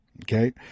Okay